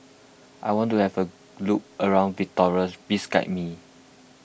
I want to have a look around Victoria please guide me